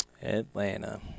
Atlanta